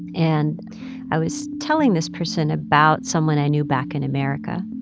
and i was telling this person about someone i knew back in america.